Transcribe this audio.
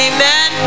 Amen